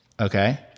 okay